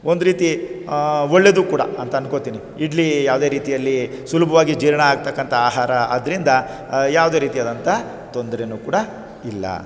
ಒಂದು ರೀತಿ ಒಳ್ಳೆದು ಕೂಡ ಅಂತ ಅನ್ಕೋತೀನಿ ಇಡ್ಲಿ ಯಾವುದೇ ರೀತಿಯಲ್ಲಿ ಸುಲಭ್ವಾಗಿ ಜೀರ್ಣ ಆಗ್ತಕ್ಕಂಥ ಆಹಾರ ಆದ್ದರಿಂದ ಯಾವುದೇ ರೀತಿಯಾದಂಥ ತೊಂದರೇನೂ ಕೂಡ ಇಲ್ಲ